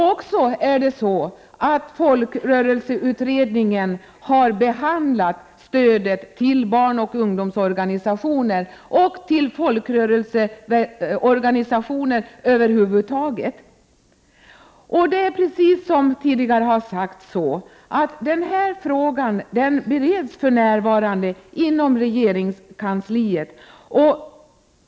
Också folkrörelseutredningen har behandlat frågan om stödet till barnoch ungdomsorganisationerna och till folkrörelseorganisationer över huvud taget. Denna fråga bereds för närvarande inom regeringskansliet, vilket har sagts tidigare.